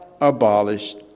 abolished